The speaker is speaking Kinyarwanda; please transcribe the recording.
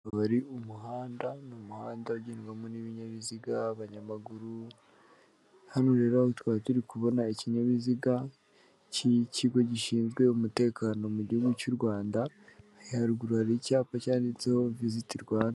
Ari umuhanda n'umuhanda ugendwamo n'ibinyabiziga, abanyamaguru hano twari turi kubona ikinyabiziga cy'ikigo gishinzwe umutekano mu gihugu cy'u Rwanda haruguru hari icyapa cyanditseho viziti Rwanda.